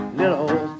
little